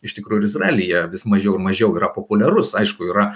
iš tikrųjų ir izraelyje vis mažiau ir mažiau yra populiarus aišku yra